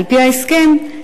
על-פי ההסכם,